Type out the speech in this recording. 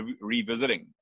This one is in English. revisiting